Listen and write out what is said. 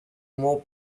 more